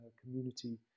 community